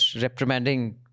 reprimanding